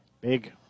Big